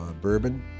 bourbon